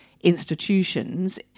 institutions